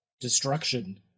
destruction